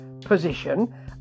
position